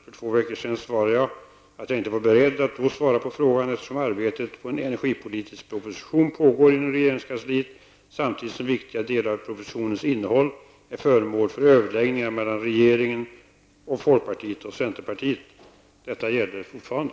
För två veckor sedan svarade jag att jag inte var beredd att då svara på frågan, eftersom arbetet på ett energipolitisk proposition pågår inom regeringskansliet samtidigt som viktiga delar av propositionens innehåll är föremål för överläggningar mellan regeringen och folkpartiet och centerpartiet. Detta gäller fortfarande.